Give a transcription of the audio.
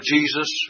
Jesus